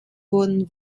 wurden